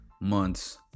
months